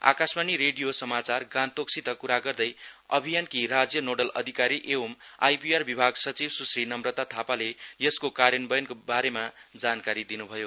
Akashvani radio समाचार गान्तोकसित कुरा गर्दै अभियानकी राज्य नोडल अधिकारी एंव आइपिआर विभाग सचिव सुश्री नम्रता थापाले यसको कार्यन्वयनबारे जानकारी दिनुभयो